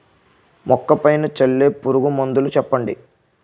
మొక్క పైన చల్లే పురుగు మందులు చెప్పండి?